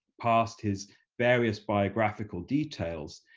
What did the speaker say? past his various biographical details,